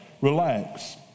relax